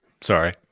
Sorry